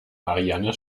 marianne